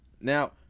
Now